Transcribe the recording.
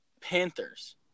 Panthers